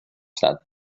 that